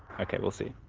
okay, we'll see